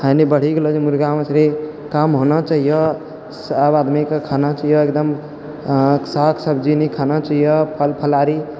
खयनाय बढ़ि गेलो छै मुर्गा मछली कम होना चाहियह सभ आदमीके खाना चाहियह एकदम शाक सब्जी नि खाना चाहियह फल फलहारी